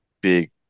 big